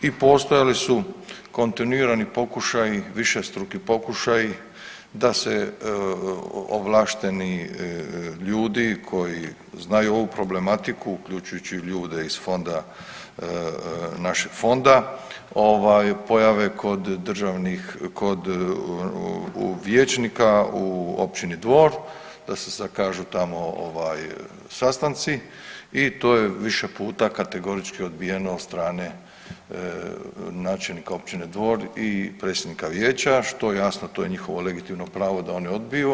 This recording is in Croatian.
I postojali su kontinuirani pokušaji, višestruki pokušaji da se ovlašteni ljudi koji znaju ovu problematiku uključujući i ljude iz fonda, našeg fonda pojave kod vijećnika u općini Dvor, da se zakažu tamo sastanci i to je više puta kategorički odbijeno od strane načelnika općine Dvor i predsjednika Vijeća što jasno to je njihovo legitimno pravo da oni odbiju.